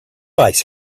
ice